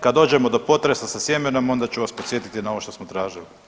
Kad dođemo do potresa sa sjemenom onda ću vas podsjetiti na ovo što smo tražili.